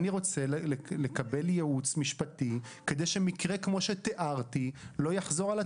אני רוצה לקבל ייעוץ משפטי כדי שמקרה כפי שתיארתי לא יחזור על עצמו.